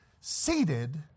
seated